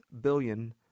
billion